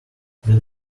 that